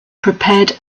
prepared